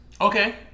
Okay